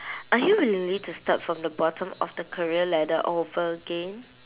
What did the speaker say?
are you willingly to start from the bottom of the career ladder all over again